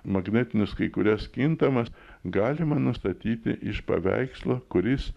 magnetinius kai kurias kintamas galima nustatyti iš paveikslo kuris